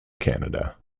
canada